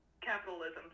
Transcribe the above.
capitalism